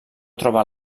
troba